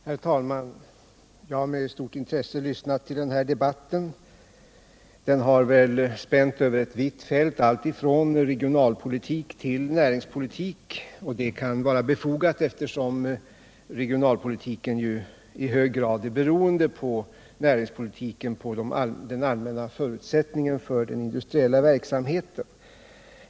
Herr talman! Jag har med stort intresse lyssnat till den här debatten. Den har spänt över ett vitt fält alltifrån regionalpolitik till näringspolitik. Det kan vara befogat, eftersom regionalpolitiken ju i hög grad är beroende av näringspolitiken i fråga om den allmänna förutsättningen för den industriella verksamheten.